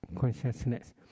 consciousness